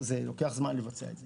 לוקח זמן לבצע את זה.